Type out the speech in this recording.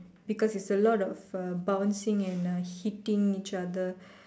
because it's a lot of uh bouncing and uh hitting each other